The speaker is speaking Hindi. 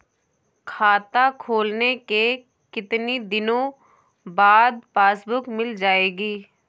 खाता खोलने के कितनी दिनो बाद पासबुक मिल जाएगी?